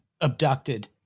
abducted